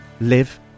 live